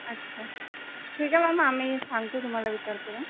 अच्छा ठीक आहे मग मग आम्ही सांगतो तुम्हाला विचार करून